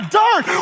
dirt